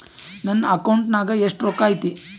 ನನ್ನ ಅಕೌಂಟ್ ನಾಗ ಎಷ್ಟು ರೊಕ್ಕ ಐತಿ?